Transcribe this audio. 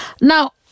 now